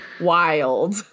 wild